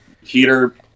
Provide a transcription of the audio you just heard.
heater